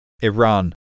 Iran